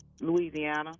Louisiana